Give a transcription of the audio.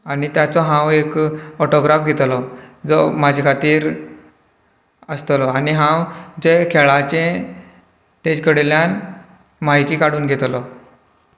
आनी ताचो हांव एक ऑटग्राफ घेतलो जो म्हाजे खातीर आसतलो आनी हांव जें खेळाचें तेचे कडेल्यान म्हायती काडून घेतलो